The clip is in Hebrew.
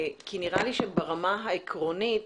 נראה לי שברמה העקרונית,